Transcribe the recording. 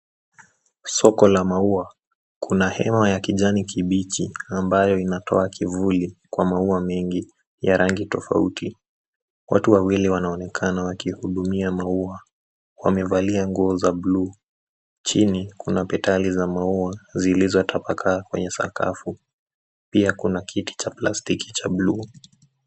Soko la maua kuna hema ya kijani kibichi ambayo inatoa kivuli kwa maua mengi ya rangi tofauti watu wawili wanaonekana wakihudumia maua wamevalia nguo za bluu. Chini kuna [cs [ petali za maua zilizo tapakaa kwenye sakafu pia, kuna kiti cha plastiki cha bluu.